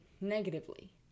negatively